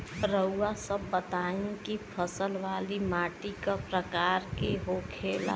रउआ सब बताई कि फसल वाली माटी क प्रकार के होला?